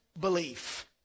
Belief